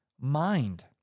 mind